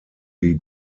die